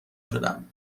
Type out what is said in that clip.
شدم